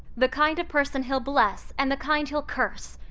the kind of person he'll bless and the kind he'll curse.